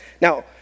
Now